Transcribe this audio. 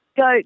go